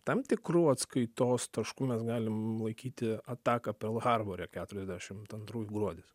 tam tikru atskaitos tašku mes galim laikyti ataką perl harbore keturiasdešimt antrųjų gruodis